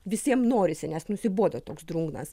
visiem norisi nes nusibodo toks drungnas